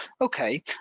Okay